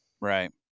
Right